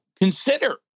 consider